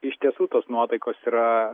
iš tiesų tos nuotaikos yra